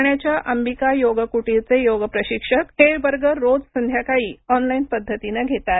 ठाण्याच्या अंबिका योग कुटीरचे योग प्रशिक्षक हे वर्ग रोज संध्याकाळी ऑनलाइन पद्धतीने घेतात